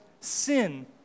sin